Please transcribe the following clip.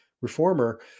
reformer